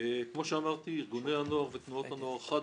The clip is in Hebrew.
על פי תפיסתנו ארגוני הנוער ותנועות הנוער חד